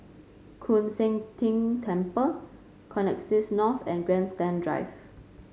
Koon Seng Ting Temple Connexis North and Grandstand Drive